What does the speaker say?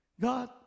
God